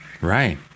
Right